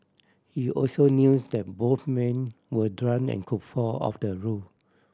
he also news that both men were drunk and could fall off the roof